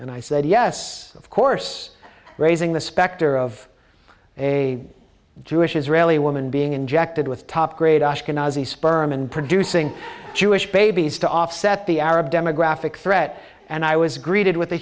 and i said yes of course raising the specter of a jewish israeli woman being injected with top grade ashkenazi sperm and producing jewish babies to offset the arab demographic threat and i was greeted with a